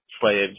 slaves